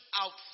out